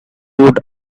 would